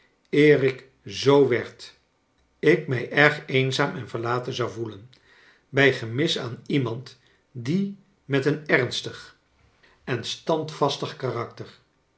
ik zoo werd ik mij erg eenzaam ea vcriatcn zou voclen bij gemis aan iemand met een ernstig en standvastig karakter